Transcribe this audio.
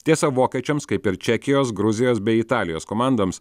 tiesa vokiečiams kaip ir čekijos gruzijos bei italijos komandoms